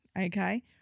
Okay